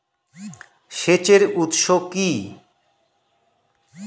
সেচের উৎস কি?